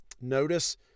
notice